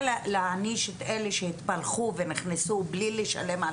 להעניש את אלה שהתפלחו ונכנסו מבלי לשלם על